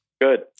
Good